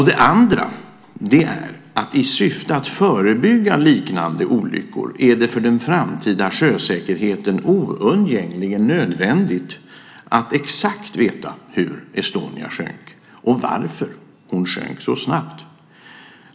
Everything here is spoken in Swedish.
Det andra är att det i syfte att förebygga liknande olyckor för den framtida sjösäkerheten är oundgängligen nödvändigt att exakt veta hur Estonia sjönk och varför hon sjönk så snabbt.